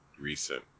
recent